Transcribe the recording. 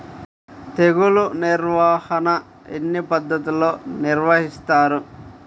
తెగులు నిర్వాహణ ఎన్ని పద్ధతుల్లో నిర్వహిస్తారు?